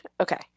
okay